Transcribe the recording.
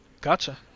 Gotcha